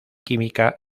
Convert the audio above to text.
química